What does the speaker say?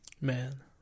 man